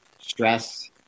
stress